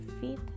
feet